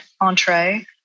entree